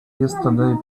yesterday